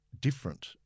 different